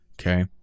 okay